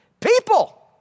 people